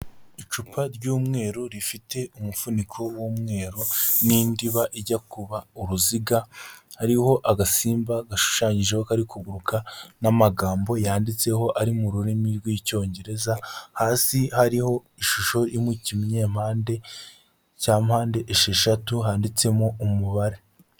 Icupa ry'umweru rifite umufuniko w'umweru n'indiba ijya kuba uruziga, hariho agasimba gashushanyijeho kari kuguruka n'amagambo yanditseho ari mu rurimi rw'Icyongereza, hasi hariho ishusho yo mu kinyempande cya mpande esheshatu handitsemo umubare.